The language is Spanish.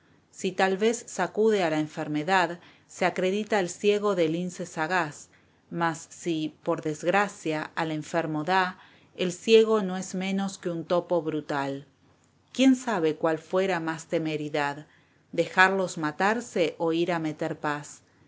si tal vez sacude a la enfermedad se acredita el ciego de lince sagaz mas si por desgracia al enfermo da el ciego no es menos que un topo brutal quién sabe cuál fuera más temeridad dejarlos matarse o ir a meter paz